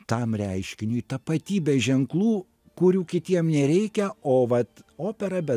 tam reiškiniui tapatybei ženklų kurių kitiem nereikia o vat opera be